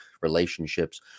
relationships